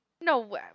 No